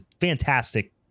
fantastic